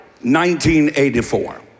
1984